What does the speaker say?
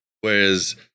whereas